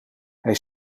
hij